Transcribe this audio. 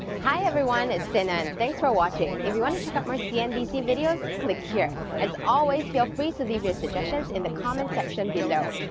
hi everyone, it's xin en. thanks for watching. if you want to check out more cnbc videos, click here. as always, feel free to leave your suggestions in the comments section below.